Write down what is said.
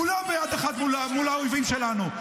כולם ביד אחת מול האויבים שלנו.